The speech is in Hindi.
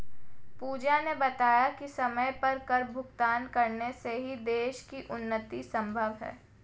पूजा ने बताया कि समय पर कर भुगतान करने से ही देश की उन्नति संभव है